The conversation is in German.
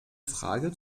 frage